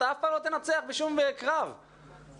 שאני עכשיו חלק מהקואליציה הזאת,